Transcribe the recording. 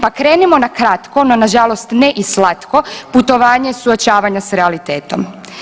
Pa krenimo na kratko, no na žalost ne i slatko putovanje suočavanja sa realitetom.